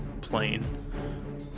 plane